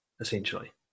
essentially